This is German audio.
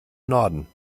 norden